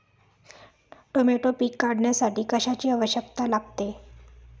Tomato पीक काढण्यासाठी कशाची आवश्यकता लागते?